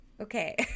okay